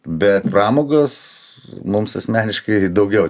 bet pramogos mums asmeniškai daugiau